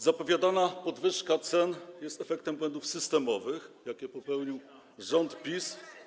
Zapowiadana podwyżka cen jest efektem błędów systemowych, jakie popełnił rząd PiS.